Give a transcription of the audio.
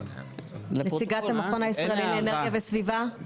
נציגת המכון הישראלי לאנרגיה וסביבה.